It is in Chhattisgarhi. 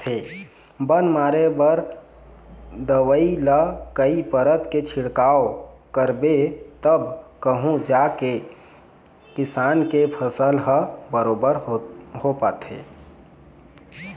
बन मारे बर दवई ल कई परत के छिड़काव करबे तब कहूँ जाके किसान के फसल ह बरोबर हो पाथे